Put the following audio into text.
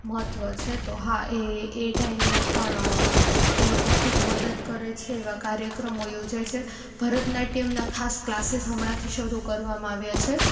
મહત્વ છે તો હા એ એ ટાઈમે પણ તે લોકો ખૂબ મદદ કરે છે એવા કાર્યક્રમો યોજે છે ભરતનાટ્યમના ખાસ ક્લાસીસ હમણાંથી શરૂ કરવામાં આવ્યા છે